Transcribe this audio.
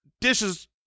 dishes